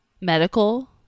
Medical